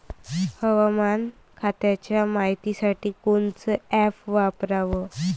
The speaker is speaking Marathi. हवामान खात्याच्या मायतीसाठी कोनचं ॲप वापराव?